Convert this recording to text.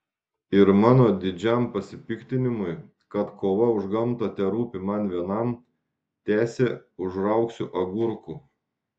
ir mano didžiam pasipiktinimui kad kova už gamtą terūpi man vienam tęsė užraugsiu agurkų